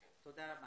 תודה.